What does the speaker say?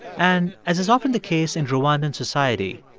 and as is often the case in rwandan society,